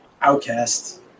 outcast